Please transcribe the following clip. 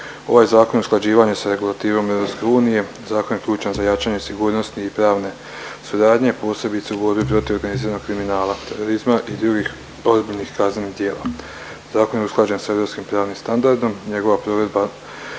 ovaj zakon usklađivanje sa regulativom EU. Zakon je ključan za jačanje sigurnosti i pravne suradnje posebice u borbi protiv organiziranog kriminala, terorizma i drugih ozbiljnih kaznenih djela. Zakon je usklađen sa europskim pravnim standardom i njegova provedba